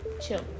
chill